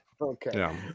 Okay